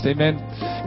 amen